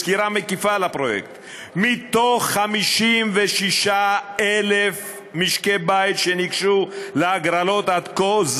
בסקירה מקיפה על הפרויקט: מתוך 56,000 משקי-בית שניגשו להגרלות עד כה,